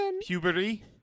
puberty